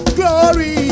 glory